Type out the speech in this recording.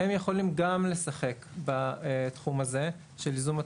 יכולים גם לשחק בתחום הזה של ייזום התשלומים.